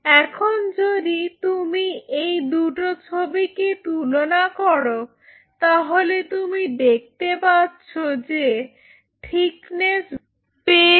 এখন যদি তুমি এই দুটো ছবিকে তুলনা করো তাহলে তুমি দেখতে পাচ্ছো যে থিকনেস বৃদ্ধি পেয়েছে